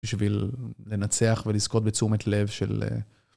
בשביל לנצח ולזכות בתשומת לב של...